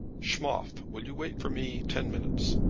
schmoff, will you wait for me ten minutes?